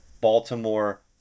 Baltimore